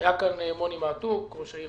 היה כאן מוני מעתוק, ראש העיר